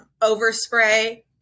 overspray